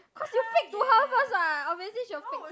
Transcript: cause you fake to her first what obviously she will fake